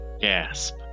Gasp